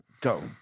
Go